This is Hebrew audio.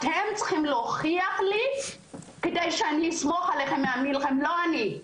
אתם צריכים להוכיח לי כדי שאני אסמוך עליכם --- לא אני.